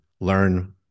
learn